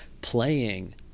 playing